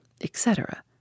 etc